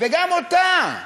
וגם לגביה,